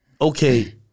Okay